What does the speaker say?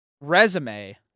resume